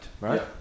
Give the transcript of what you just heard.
right